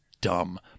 dumb